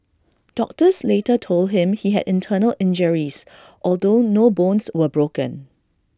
doctors later told him he had internal injuries although no bones were broken